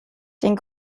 den